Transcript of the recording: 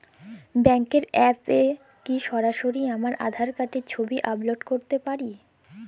ব্যাংকের অ্যাপ এ কি সরাসরি আমার আঁধার কার্ডের ছবি আপলোড করতে পারি?